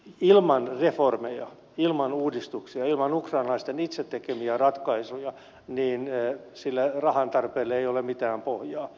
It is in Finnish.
ilman reformeja ilman uudistuksia ilman ukrainalaisten itse tekemiä ratkaisuja sille rahan tarpeelle ei ole mitään pohjaa